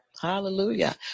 Hallelujah